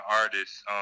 artists